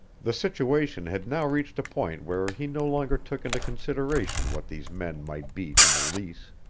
the situation had now reached a point where he no longer took into consideration what these men might be to meleese.